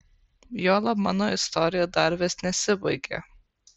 juolab mano istorija dar vis nesibaigė